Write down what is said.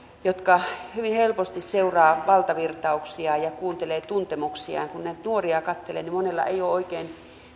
jotka hyvin helposti seuraavat valtavirtauksia ja kuuntelevat tuntemuksiaan kun näitä nuoria katselee niin monella ei ole oikein